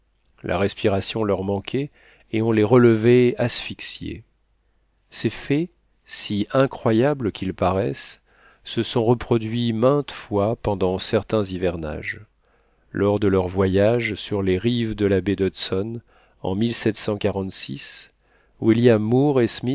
la respiration leur manquait et on les relevait asphyxiés ces faits si incroyables qu'ils paraissent se sont reproduits maintes fois pendant certains hivernages lors de leur voyage sur les rives de la baie d'hudson en william moor et